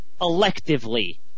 electively